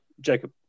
Jacob